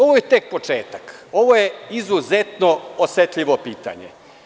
Ovo je tek početak, ovo je izuzetno osetljivo pitanje.